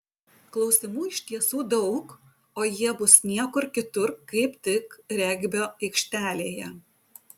klausimų iš tiesų daug o jie bus niekur kitur kaip tik regbio aikštėje